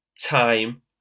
time